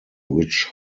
which